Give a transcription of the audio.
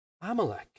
Amalek